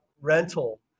rental